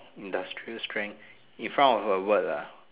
industrial strength in front of a word ah